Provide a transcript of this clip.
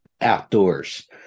outdoors